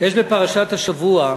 יש בפרשת השבוע,